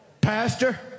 Pastor